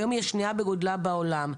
היום היא השנייה בגודלה בעולם.